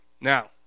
Now